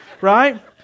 right